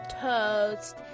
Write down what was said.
toast